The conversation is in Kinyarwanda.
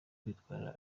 kwitwara